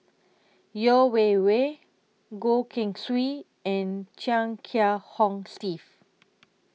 Yeo Wei Wei Goh Keng Swee and Chia Kiah Hong Steve